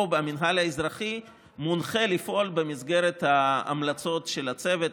המינהל האזרחי מונחה לפעול במסגרת ההמלצות של הצוות.